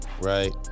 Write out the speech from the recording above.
right